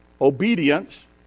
obedience